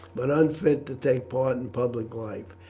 but unfit to take part in public life,